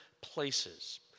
places